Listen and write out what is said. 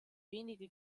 wenige